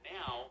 now